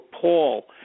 Paul